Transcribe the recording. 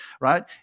right